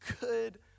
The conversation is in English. good